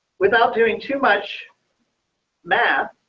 without doing too much math,